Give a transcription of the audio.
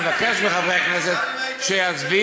אני מבקש מחברי הכנסת שיצביעו,